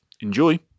Enjoy